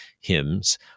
hymns